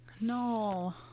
No